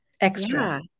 Extra